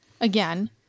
again